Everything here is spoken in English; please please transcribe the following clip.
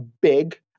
big